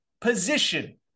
position